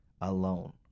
Alone